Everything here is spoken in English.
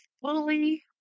fully